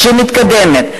שמתקדמת.